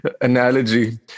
analogy